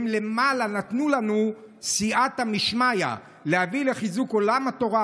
הם למעלה נתנו לנו סייעתא דשמיא להביא לחיזוק עולם התורה,